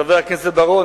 חבר הכנסת בר-און,